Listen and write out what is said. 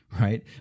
right